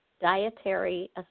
dietary